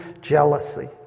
jealousy